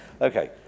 Okay